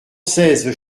seize